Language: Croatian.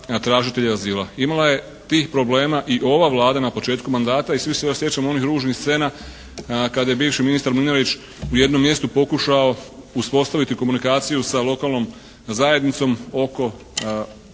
tražitelje azila. Imala je tih problema i ova Vlada na početku mandata i svi se još sjećamo onih ružnih scena kada je bivši ministar Mlinarić u jednom mjestu pokušao uspostaviti komunikaciju sa lokalnom zajednicom oko